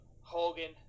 Hogan